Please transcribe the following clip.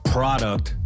Product，